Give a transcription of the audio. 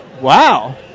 Wow